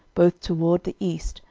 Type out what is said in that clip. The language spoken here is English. both toward the east,